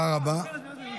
תודה רבה.